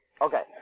Okay